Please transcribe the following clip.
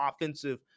offensive